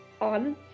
on